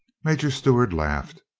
major stewart laughed.